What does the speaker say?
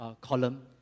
column